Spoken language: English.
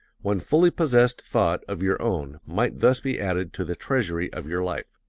one fully-possessed thought of your own might thus be added to the treasury of your life.